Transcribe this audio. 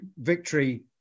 victory